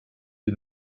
die